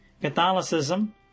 Catholicism